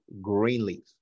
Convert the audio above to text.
Greenleaf